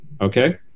okay